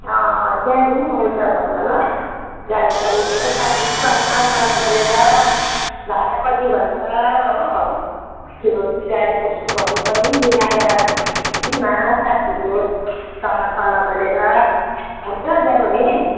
त्यहाँ जाऊँ न उल्टा घरमा ल गाडी साडी लिएर साथीहरूसँग सल्लाह गरेर भाडा कति भन्छ हो त्यो गाडी कसको भन्नु पर्ने मिलाएर जाऊँ न साथीहरूसँग सल्लाह गरेर हुन्छ जानु हुने